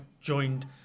joined